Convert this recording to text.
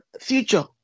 future